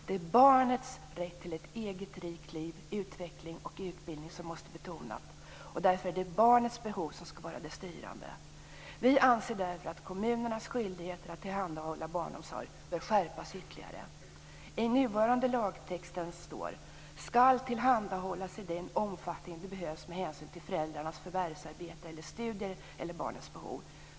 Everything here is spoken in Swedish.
Det är barnets rätt till ett eget rikt liv, utveckling och utbildning som måste betonas och därför är det barnets behov som skall vara det styrande. Vi anser därför att kommunernas skyldighet att tillhandahålla barnomsorg bör skärpas ytterligare. I den nuvarande lagtexten står att barnomsorg skall tillhandahållas i den omfattning det behövs med hänsyn till föräldrarnas förvärvsarbete eller studier eller barnets behov.